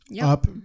up